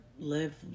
live